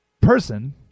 person